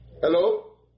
Hello